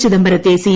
ചിദംബരത്തെ സി